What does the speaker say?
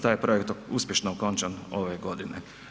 Taj je projekt uspješno okončan ove godine.